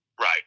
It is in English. Right